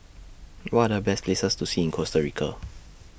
What Are Best Places to See in Costa Rica